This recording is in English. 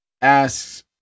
asks